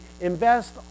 invest